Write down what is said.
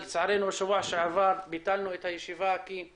לצערנו בשבוע שעבר ביטלנו את הישיבה בגלל